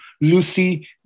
Lucy